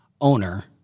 owner